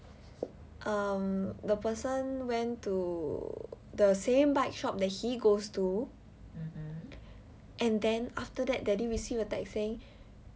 um the person went to the same bike shop that he goes to and then after that daddy received a text saying